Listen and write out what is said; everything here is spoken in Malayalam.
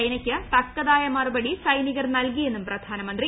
ചൈനയ്ക്ക് തക്കതായ മറുപടി സൈനികർ നൽകിയെന്നും പ്രധാനമന്ത്രി